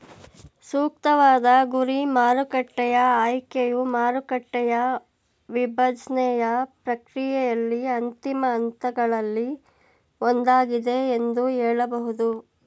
ಸೂಕ್ತವಾದ ಗುರಿ ಮಾರುಕಟ್ಟೆಯ ಆಯ್ಕೆಯು ಮಾರುಕಟ್ಟೆಯ ವಿಭಜ್ನೆಯ ಪ್ರಕ್ರಿಯೆಯಲ್ಲಿ ಅಂತಿಮ ಹಂತಗಳಲ್ಲಿ ಒಂದಾಗಿದೆ ಎಂದು ಹೇಳಬಹುದು